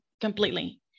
completely